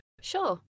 Sure